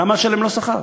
למה לשלם לו שכר?